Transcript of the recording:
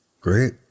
Great